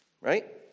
Right